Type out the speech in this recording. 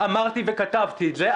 אמרתי וכתבתי את זה.